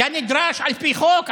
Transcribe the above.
כנדרש על פי חוק,